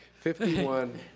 fifty one,